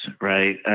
right